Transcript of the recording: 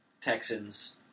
Texans